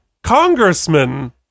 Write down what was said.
Congressman